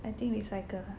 I think we cycle ha